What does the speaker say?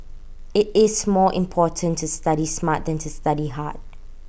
IT is more important to study smart than to study hard